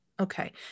Okay